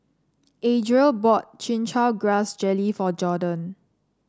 Adriel bought Chin Chow Grass Jelly for Jorden